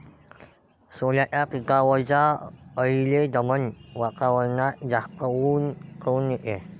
सोल्याच्या पिकावरच्या अळीले दमट वातावरनात जास्त ऊत काऊन येते?